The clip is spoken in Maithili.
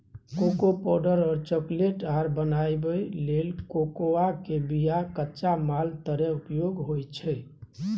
कोको पावडर और चकलेट आर बनाबइ लेल कोकोआ के बिया कच्चा माल तरे उपयोग होइ छइ